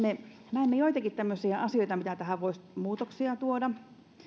näemme joitakin tämmöisiä asioita mihin tässä voisi muutoksia tuoda